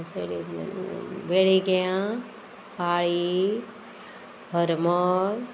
हे सायडींतल्यान मागीर वेळग्यां पाळी हरमळ